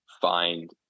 find